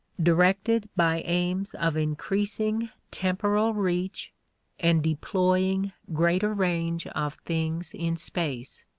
directed by aims of increasing temporal reach and deploying greater range of things in space.